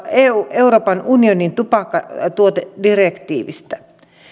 euroopan unionin tupakkatuotedirektiivistä